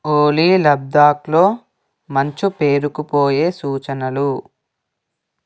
ఓలీ లద్దాఖ్లో మంచు పేరుకుపోయే సూచనలు